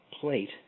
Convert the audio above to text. plate